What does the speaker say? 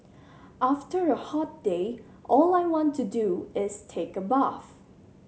after a hot day all I want to do is take a bath